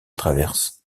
traverse